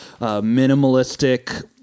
minimalistic